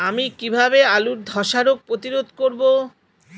আমি কিভাবে আলুর ধ্বসা রোগ প্রতিরোধ করব?